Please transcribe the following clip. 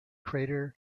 crater